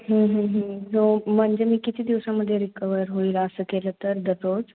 हो म्हणजे मी किती दिवसामध्ये रिकवर होईल असं केलं तर दररोज